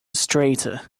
strata